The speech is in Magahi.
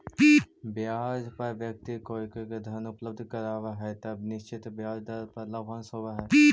ब्याज पर व्यक्ति कोइओ के धन उपलब्ध करावऽ हई त निश्चित ब्याज दर पर लाभांश होवऽ हई